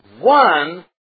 One